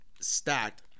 stacked